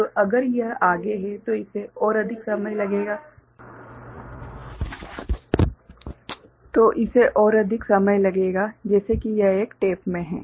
तो अगर यह आगे है तो इसे और अधिक समय लगेगा जैसे कि यह एक टेप में है